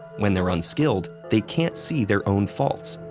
when they're unskilled, they can't see their own faults.